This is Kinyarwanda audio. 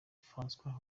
francois